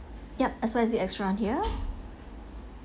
yup X Y Z restaurant here